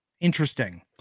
Interesting